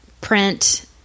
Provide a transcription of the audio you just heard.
print